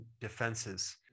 defenses